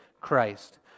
Christ